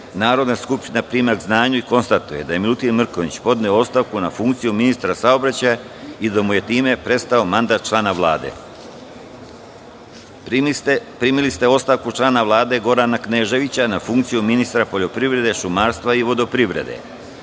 Narodna skupština prima k znanju i konstatuje da je Milutin Mrkonjić podneo ostavku na funkciju ministra saobraćaja i da mu je time prestao mandat člana Vlade. Primili ste ostavku člana Vlade Gorana Kneževića na funkciju ministra poljoprivrede, šumarstva i vodoprivrede. Na